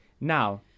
Now